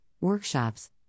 workshops